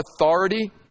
authority